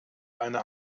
eine